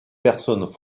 personnes